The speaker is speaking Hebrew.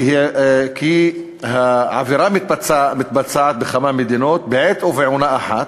כי העבירה מתבצעת בכמה מדינות בעת ובעונה אחת,